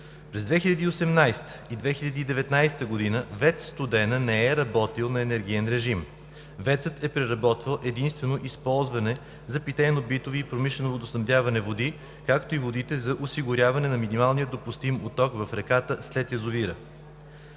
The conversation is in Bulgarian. През 2018-а и 2019 г. ВЕЦ „Студена“ не е работила на енергиен режим. ВЕЦ е преработвала единствено води за ползване за питейно-битово и промишлено водоснабдяване, както и води за осигуряване на минималния допустим поток в реката след язовира.